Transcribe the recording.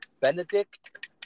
Benedict